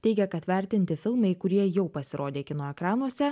teigė kad vertinti filmai kurie jau pasirodė kino ekranuose